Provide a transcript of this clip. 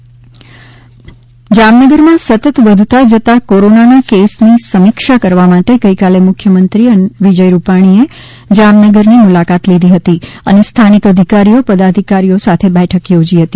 મુખ્યમંત્રી જામનગર જામનગરમાં સતત વધતા જતા કોરોનાના કેસની સમીક્ષા માટે ગઇકાલે મુખ્યમંત્રી વિજય રૂપાણીએ જામનગરની મુલાકાત લીધી હતી અને સ્થાનિક અધિકારીઓ પદાધિકારીઓ સાથે બેઠક યોજી હતી